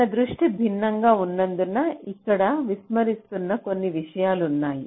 మన దృష్టి భిన్నంగా ఉన్నందున ఇక్కడ విస్మరిస్తున్న కొన్ని విషయాలు ఉన్నాయి